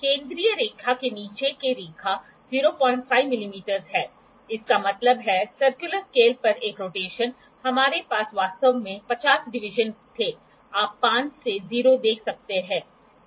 केंद्रीय रेखा के नीचे की रेखा 05 मिमी है इसका मतलब है सर्कुलर स्केल पर एक रोटेशन हमारे पास वास्तव में ५० डिवीजन थे आप ५ से ० देख सकते हैं